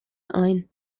ein